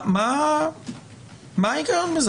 מה ההיגיון בזה?